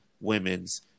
women's